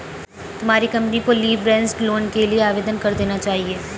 तुम्हारी कंपनी को leveraged loan के लिए आवेदन कर देना चाहिए